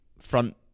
front